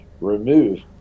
remove